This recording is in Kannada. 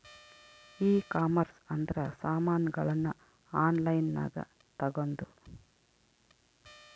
ಈ ಕಾಮರ್ಸ್ ಅಂದ್ರ ಸಾಮಾನಗಳ್ನ ಆನ್ಲೈನ್ ಗ ತಗೊಂದು